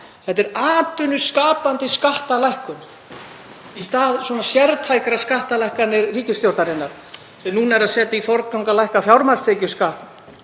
Þetta er atvinnuskapandi skattalækkun í stað sértækra skattalækkana ríkisstjórnarinnar sem núna er að setja í forgang að lækka fjármagnstekjuskatt